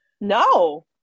No